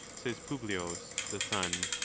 says publiujs the son,